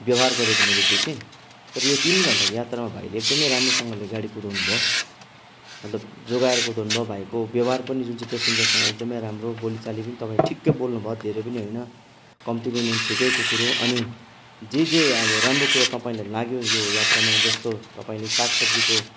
व्यवहार गरेको मैले देखेँ तर यो तिन घन्टाको यात्रामा भाइले एकदमै राम्रोसँगले गाडी कुदाउनु भयो मतलब जोगाएर कुदाउनु भयो भाइको व्यवहार पनि जुन चाहिँ प्यासेन्जरसँग एकदमै राम्रो बोलीचाली पनि तपाईँ ठिक्कै बोल्नु भयो धेरै पनि होइन कम्ती पनि होइन ठिकैको कुरो अनि जे जे अब राम्रो कुरो तपाईँलाई लाग्यो यो यात्रामा जस्तो तपाईँले सागसब्जीको